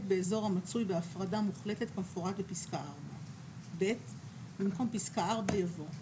באזור המצוי בהפרדה מוחלטת כמפורט בפסקה (4)"; במקום פסקה (4) יבוא: